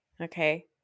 Okay